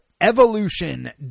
Evolution